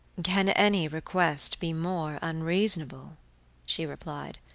can any request be more unreasonable she replied.